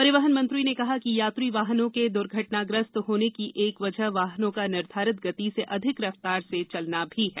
परिवहन मंत्री ने कहा कि यात्री वाहनों के दुर्घटनाग्रस्त होने की एक वजह वाहनों का निर्धारित गति से अधिक रफ्तार से चालन भी है